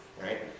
Right